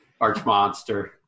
Archmonster